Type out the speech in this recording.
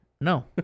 no